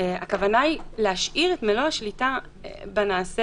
הכוונה היא להשאיר את מלוא השליטה בנעשה